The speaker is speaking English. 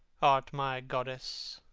art my goddess